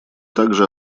также